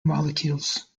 molecules